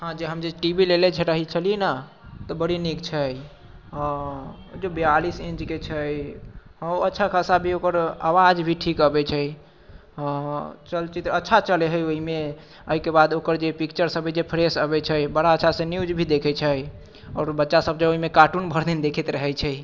हँ जे हम जे टी वी लेले छलीह ने तऽ बड़ी नीक छै ओ जे बियालीस इञ्चके छै हँ अच्छा खासा भी ओकर आवाज भी ठीक आबैत छै चलचित्र अच्छा चलैत हइ ओहिमे एहिके बाद ओकर पिक्चरसभ जे हइ फ्रेश अबैत छै बड़ा अच्छासँ न्यूज भी देखैत छै आओर बच्चासभ जे ओहिमे कार्टून भरि दिन देखैत रहैत छै